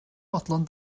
fodlon